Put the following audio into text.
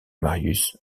marius